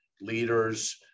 leaders